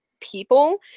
people